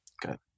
Good